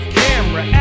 camera